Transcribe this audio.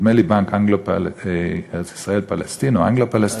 נדמה לי בנק ארץ-ישראל-פלסטין או אנגלו-פלשתינה,